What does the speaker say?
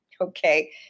Okay